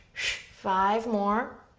five more.